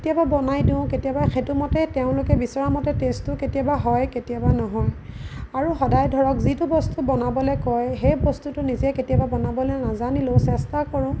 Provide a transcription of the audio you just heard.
কেতিয়াবা বনাই দিওঁ কেতিয়াবা সেইটো মতেই তেওঁলোকে বিচৰা মতে টেষ্টটো কেতিয়াবা হয় কেতিয়াবা নহয় আৰু সদায় ধৰক যিটো বস্তু বনাবলৈ কয় সেই বস্তুটো নিজে কেতিয়াবা বনাবলৈ নাজানিলেও চেষ্টা কৰোঁ